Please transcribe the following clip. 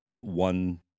one